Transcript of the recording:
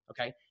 okay